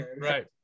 right